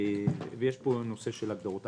ויש פה נושא של הגדרות.